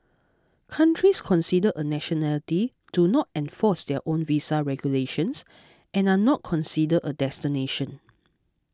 countries considered a nationality do not enforce their own visa regulations and are not considered a destination